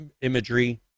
imagery